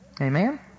Amen